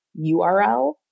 URL